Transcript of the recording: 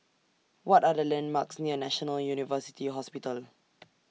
What Are The landmarks near National University Hospital